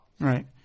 Right